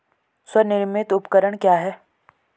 स्वनिर्मित उपकरण क्या है?